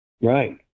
Right